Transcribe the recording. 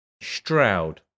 Stroud